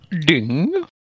Ding